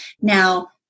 Now